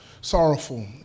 Sorrowful